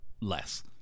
less